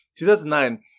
2009